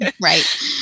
right